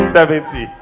Seventy